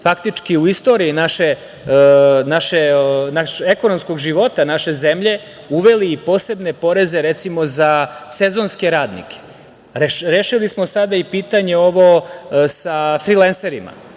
faktički u istoriji ekonomskog života naše zemlje uveli i posebne poreze, recimo, za sezonske radnike. Rešili smo sada i pitanje ovo sa frilenserima,